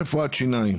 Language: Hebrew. ברפואת שיניים